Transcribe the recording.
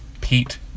Pete